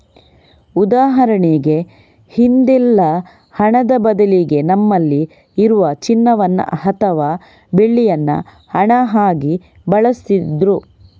ಉದಾಹರಣೆಗೆ ಹಿಂದೆಲ್ಲ ಹಣದ ಬದಲಿಗೆ ನಮ್ಮಲ್ಲಿ ಇರುವ ಚಿನ್ನವನ್ನ ಅಥವಾ ಬೆಳ್ಳಿಯನ್ನ ಹಣ ಆಗಿ ಬಳಸ್ತಿದ್ರು